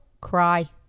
cry